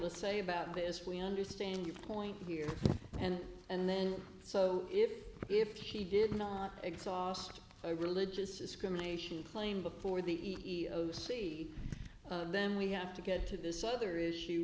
to say about this we understand your point here and and then so if if he did not exhaust a religious discrimination claim before the e e o c them we have to get to this other issue